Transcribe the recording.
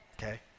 Okay